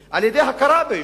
ליישובים, על-ידי הכרה ביישובים.